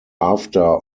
after